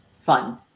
fun